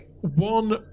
one